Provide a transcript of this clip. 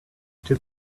took